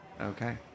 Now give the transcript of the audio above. Okay